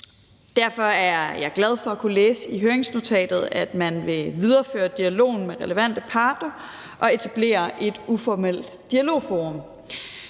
Derfor er jeg glad for at kunne læse i høringsnotatet, at man vil videreføre dialogen med relevante parter og etablere et uformelt dialogforum.